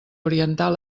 orientar